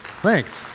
thanks